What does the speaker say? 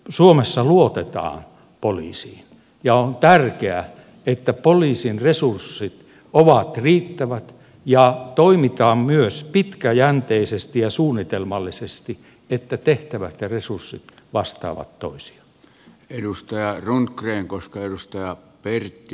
suomessa luotetaan poliisiin ja on tärkeää että poliisin resurssit ovat riittävät ja toimitaan myös pitkäjänteisesti ja suunnitelmallisesti että tehtävät ja resurssit vastaavat toisiaan